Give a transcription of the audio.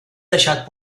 deixat